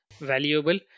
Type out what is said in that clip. valuable